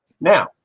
Now